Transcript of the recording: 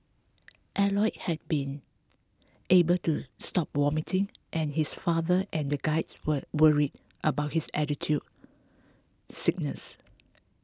Elliot had not been able to stop vomiting and his father and the guides were worried about his altitude sickness